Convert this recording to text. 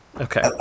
okay